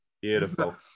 beautiful